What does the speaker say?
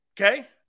okay